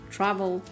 Travel